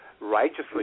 righteously